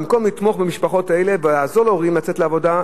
במקום לתמוך במשפחות האלה ולעזור להורים לצאת לעבודה,